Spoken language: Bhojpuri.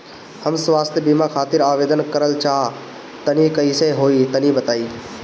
हम स्वास्थ बीमा खातिर आवेदन करल चाह तानि कइसे होई तनि बताईं?